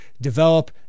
develop